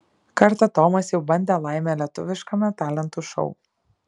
kartą tomas jau bandė laimę lietuviškame talentų šou